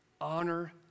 honor